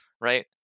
right